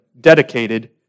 dedicated